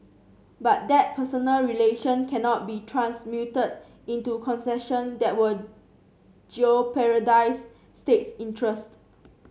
but that personal relation cannot be transmuted into concession that will jeopardise states interest